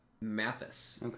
Mathis